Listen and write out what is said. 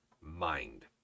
mind